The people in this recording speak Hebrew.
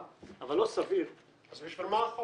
אבל לא סביר --- אז בשביל מה החוק?